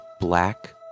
black